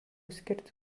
skirti